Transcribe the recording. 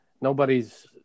nobody's